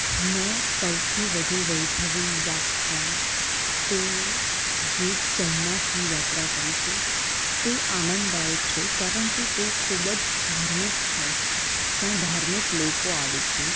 મેં સૌથી વધુ વૈભવી યાત્રા તે ગીર સોમનાથની યાત્રા કરી છે તે આનંદદાયક છે કારણ કે તે ખૂબ જ ધાર્મિક સ્થળ છે ત્યાં ધાર્મિક લોકો આવે છે